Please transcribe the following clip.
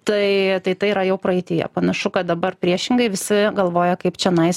tai tai yra jau praeityje panašu kad dabar priešingai visi galvoja kaip čionais